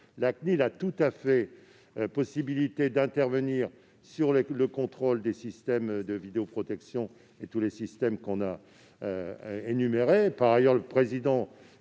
la CNIL a tout à fait la possibilité d'intervenir sur le contrôle des systèmes de vidéoprotection et de tous ceux que nous avons énumérés. Par ailleurs, le président